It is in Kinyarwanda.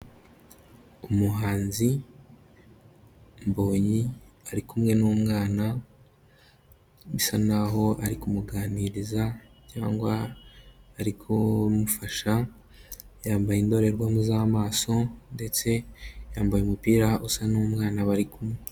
Umuhanzi Mbonyi, ari kumwe n'umwana bisa n'aho ari kumuganiriza cyangwa ari kumufasha, yambaye indorerwamo z'amaso, ndetse yambaye umupira usa n'uw'umwana bari kumwe.